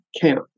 camp